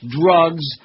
drugs